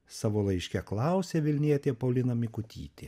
savo laiške klausė vilnietė paulina mikutytė